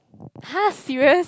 !huh! serious